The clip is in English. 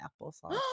applesauce